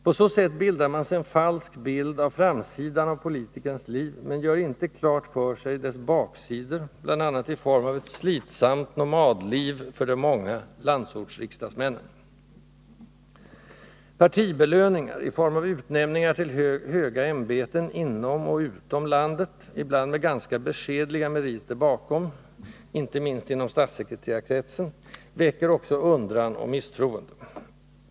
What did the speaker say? På så sätt bildar man sig en falsk bild av framsidan av politikernas liv, men gör inte klart för sig dess baksidor, bl.a. i form av ett slitsamt nomadliv för de många landsortsriksdagsmännen. ”Partibelöningar” i form av utnämningar till höga ämbeten inom och utom landet, ibland med ganska beskedliga meriter bakom — inte minst inom statssekreterarkretsen — väcker också undran och misstroende.